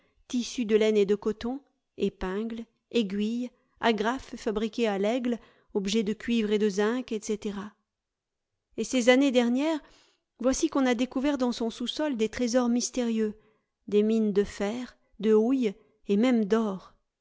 tissus de laine et de coton épingles aiguilles agrafes fabriquées à laigle objets de cuivre et de zinc etc et ces années dernières voici qu'on a découvert dans son sous-sol des trésors mystérieux des mines de fer de houille et même d'or